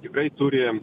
tikrai turi